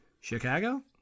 Chicago